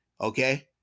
Okay